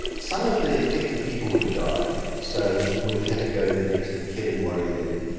some of the affected people would have died so you would have had to go to the next of kin and worry them.